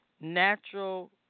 natural